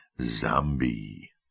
Zombie